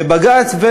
ובג"ץ,